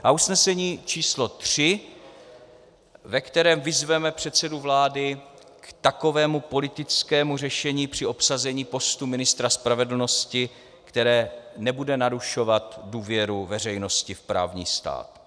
A usnesení číslo 3, ve kterém vyzveme předsedu vlády k takovému politickému řešení při obsazení postu ministra spravedlnosti, které nebude narušovat důvěru veřejnosti v právní stát.